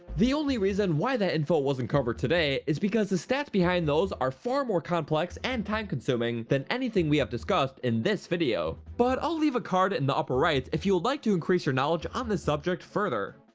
the only reason why that info wasn't covered today is because the stats behind those are far more complex and time consuming than anything we have discussed in this video, but ah ill leave a card in the upper right if you would like to increase your knowledge on this subject further!